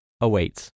awaits